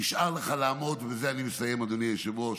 נשאר לך לעמוד, ובזה אני מסיים, אדוני היושב-ראש,